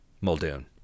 Muldoon